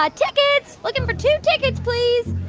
ah tickets. looking for two tickets, please